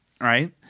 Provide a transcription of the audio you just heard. right